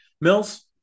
Mills